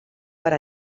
per